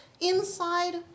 Inside